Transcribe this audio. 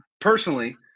personally